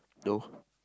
no